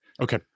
Okay